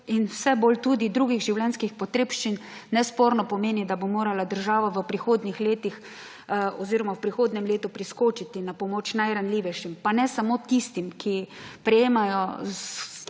in vse bolj tudi drugih življenjskih potrebščin nesporno pomeni, da bo morala država v prihodnjih letih oziroma v prihodnjem letu priskočiti na pomoč najranljivejšim. Pa ne samo tistim, ki prejemajo